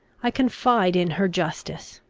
i confide in her justice.